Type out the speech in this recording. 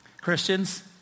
Christians